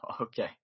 Okay